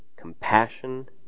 compassion